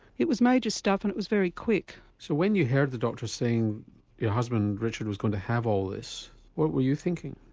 it was major stuff and it was very quick. so when you heard the doctor saying your husband richard was going to have all this what were you thinking?